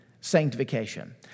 sanctification